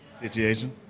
Situation